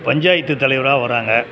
பஞ்சாயத்து தலைவராக வராங்க